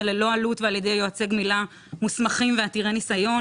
ללא עלות ועל ידי יועצי גמילה מוסמכים ועתירי ניסיון